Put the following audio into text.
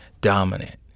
dominant